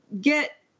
get